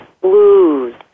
blues